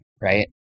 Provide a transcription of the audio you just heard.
right